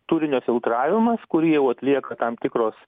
turinio filtravimas kurį jau atlieka tam tikros